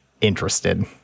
interested